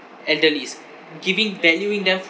elderlies giving valuing them